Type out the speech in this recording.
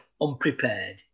unprepared